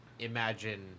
Imagine